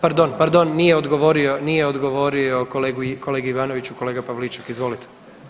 Pardon, pardon, nije odgovorio, nije odgovorio kolegi Ivanoviću, kolega Pavliček izvolite.